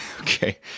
Okay